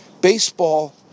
Baseball